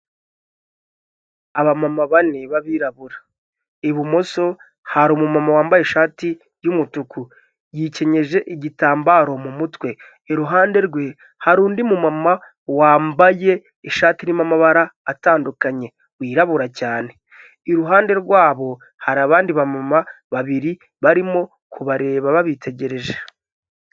Abama bane b'abirabura ibumoso hari umuntumu wambaye ishati y'umutuku yikenyeje igitambaro mu mutwe iruhande rwe hari undi mu mama wambaye ishati irimo amabara atandukanye wirabura cyane, iruhande rwabo hari abandi ba mama babiri barimo kubareba babitegereje.